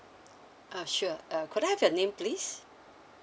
uh sure uh could I have your name please